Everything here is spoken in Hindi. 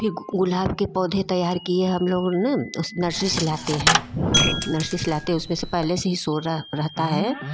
फिर गुलाब के पौधे तैयार किए हम लोगों नर्सरी से लाते है नर्सरी से लाते है उसमें से पहले से ही सोरा रहता है